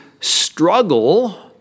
struggle